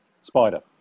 Spider